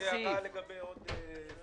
יש לי הערה לגבי עוד סעיף.